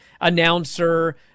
announcer